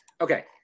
okay